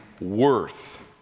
worth